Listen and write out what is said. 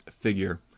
figure